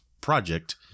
project